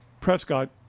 Prescott